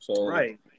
Right